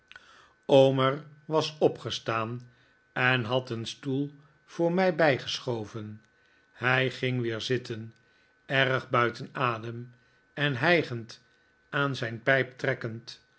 omer was opgestaan en had een stoel voor mij bijgeschoven hij ging weer zitten erg buiten adem en hijgend aan zijn pijp trekkend